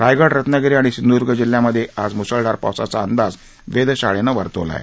रायगड रत्नागिरी आणि सिंधूर्द्ग जिल्ह्यांमध्ये आज मुसळधार पावसाचा अंदाज वेधशाळेनं वर्तवला आहे